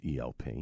ELP